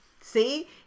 See